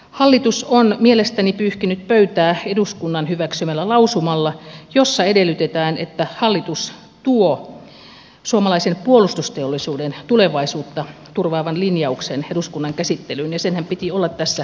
hallitus on mielestäni pyyhkinyt pöytää eduskunnan hyväksymällä lausumalla jossa edellytetään että hallitus tuo suomalaisen puolustusteollisuuden tulevaisuutta turvaavan linjauksen eduskunnan käsittelyyn ja senhän piti olla tässä selonteossa